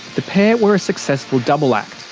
the pair were a successful double act.